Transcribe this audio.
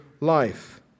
life